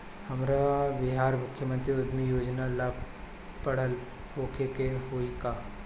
हमरा बिहार मुख्यमंत्री उद्यमी योजना ला पढ़ल होखे के होई का?